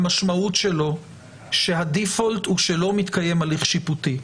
המשמעות שלו שהדיפולט הוא שלא מתקיים הליך שיפוטי.